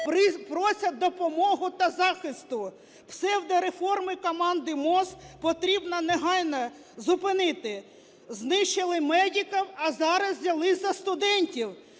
просять допомоги та захисту. Псевдореформи команди МОЗ потрібно негайно зупинити. Знищили медиків, а зараз взялися за студентів?